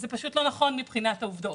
זה פשוט לא נכון מבחינת העובדות.